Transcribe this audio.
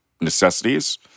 necessities